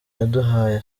yaduhaye